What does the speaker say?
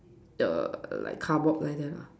the like cardboard like that lah